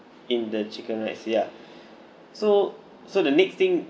in the chicken rice ya so so the next thing